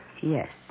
Yes